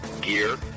gear